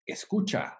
Escucha